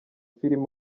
film